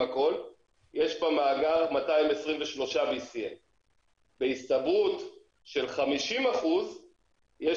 יש במאגר 223 BCM. בהסתברות של 50% יש